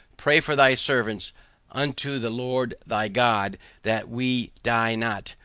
pray for thy servants unto the lord thy god that we die not,